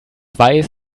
weiß